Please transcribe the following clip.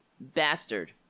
bastard